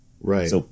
right